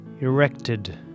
Erected